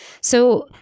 So-